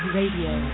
Radio